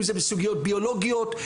אם זה בסוגיות ביולוגיות,